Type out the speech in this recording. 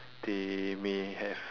they may have